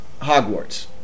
Hogwarts